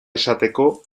esateko